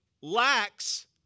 lacks